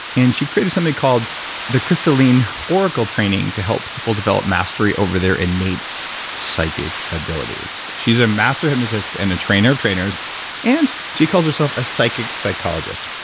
and she created something called the christallin oracle training to help people develop mastery over their innate psychic abilities. she's a master hypnotist and a trainer of trainers and she calls herself a psychic psychologist.